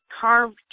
carve